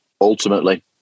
Ultimately